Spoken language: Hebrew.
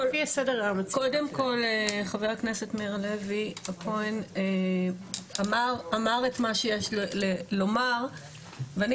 קודם כל חבר הכנסת מאיר הלוי אמר את מה שיש לו לומר ואני